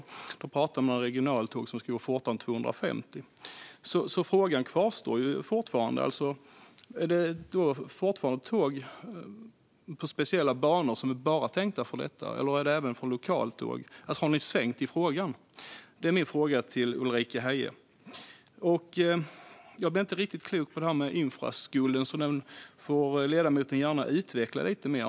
Då pratar man om regionaltåg som skulle gå fortare än 250 kilometer i timmen. Frågan kvarstår: Är det fortfarande tåg på speciella banor, som bara är tänkta för detta? Eller är det även för lokaltåg? Har ni svängt i frågan? Det är min fråga till Ulrika Heie. Jag blir inte riktigt klok på det här med infrastrukturskulden. Det får ledamoten gärna utveckla lite mer.